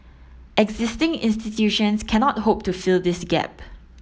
existing institutions cannot hope to fill this gap